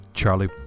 Charlie